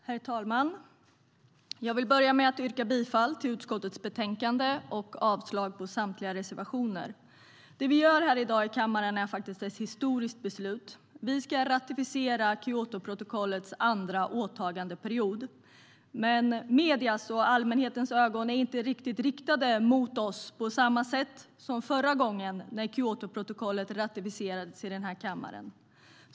Herr talman! Jag vill börja med att yrka bifall till utskottets förslag i betänkandet och avslag på samtliga reservationer. Det vi gör i kammaren i dag är faktiskt att fatta ett historiskt beslut. Vi ska ratificera Kyotoprotokollets andra åtagandeperiod. Mediernas och allmänhetens ögon är dock inte riktade mot oss på riktigt samma sätt som förra gången Kyotoprotokollet ratificerades i denna kammare.